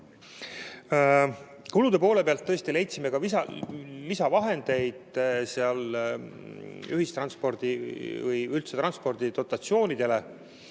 Kulude poole pealt tõesti leidsime lisavahendeid ühistranspordi või üldse transpordi dotatsioonidele.